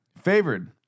favored